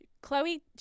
Chloe